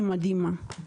היא מדהימה,